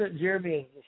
Jeremy